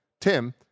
Tim